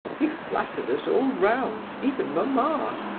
he flattered us all round, even mamma.